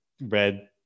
red